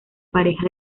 pareja